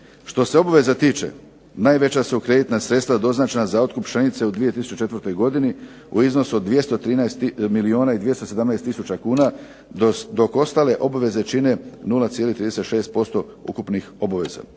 Što se obaveza tiče najveća su kreditna sredstva doznačena za otkup pšenice u 2004. godini u iznosu od 213 milijuna i 217 tisuća kuna dok ostale obaveze čine 0,36% ukupnih obaveza.